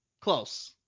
close